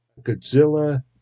Godzilla